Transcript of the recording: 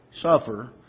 suffer